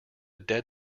dead